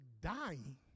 dying